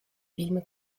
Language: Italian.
film